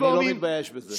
קודם כול, אני לא מתבייש בזה.